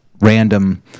random